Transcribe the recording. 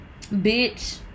Bitch